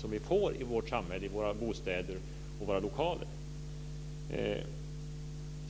som vi får i vårt samhälle i våra bostäder och i våra lokaler.